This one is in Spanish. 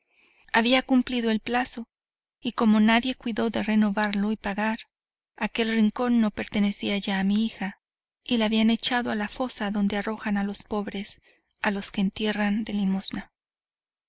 había cumplido el plazo y como nadie cuidó de renovarlo y pagar aquel rincón no pertenecía ya a mi hija y la habían echado a la fosa donde arrojan a los pobres a los que entierran de limosna